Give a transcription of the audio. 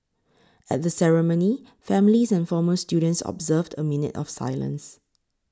at the ceremony families and former students observed a minute of silence